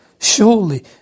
Surely